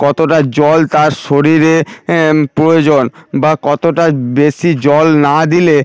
কতটা জল তার শরীরে প্রয়োজন বা কতটা বেশি জল না দিলে